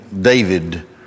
David